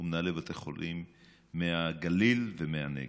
ומנהלי בתי חולים מהגליל ומהנגב.